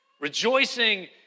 rejoicing